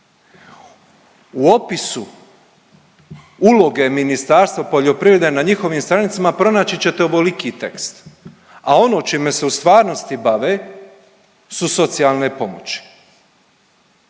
u opisu uloge Ministarstva poljoprivrede na njihovim stranicama pronaći ćete ovoliki tekst, a ono čime se u stvarnosti bave su socijalne pomoći.